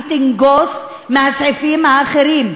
היא תנגוס מהסעיפים האחרים,